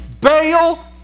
Bail